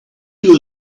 you